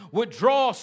Withdraw